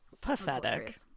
pathetic